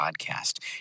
podcast